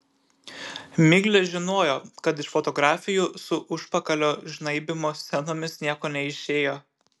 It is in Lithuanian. miglė žinojo kad iš fotografijų su užpakalio žnaibymo scenomis nieko neišėjo